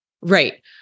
Right